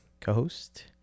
co-host